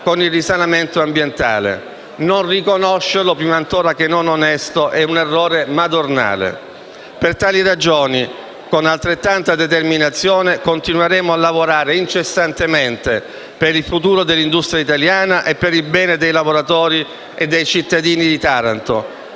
con il risanamento ambientale: non riconoscerlo, prima ancora che non onesto, è un errore madornale. Per tali ragioni, con altrettanta determinazione, continueremo a lavorare incessantemente per il futuro dell'industria italiana e per il bene dei lavoratori e dei cittadini di Taranto